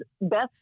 best